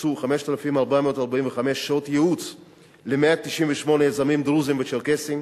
הוקצו 5,445 שעות ייעוץ ל-198 יזמים דרוזים וצ'רקסים